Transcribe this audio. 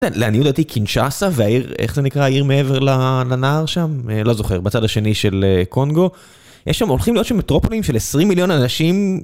לעניות דעתי קינצ'אסה והעיר איך זה נקרא העיר מעבר לנהר שם, לא זוכר, בצד השני של קונגו יש שם הולכים להיות שם מטרופלין של 20 מיליון אנשים